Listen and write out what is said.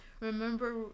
remember